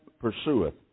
pursueth